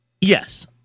Yes